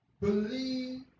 Believe